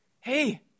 Hey